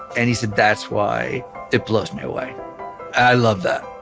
and he said that's why it blows me away i love that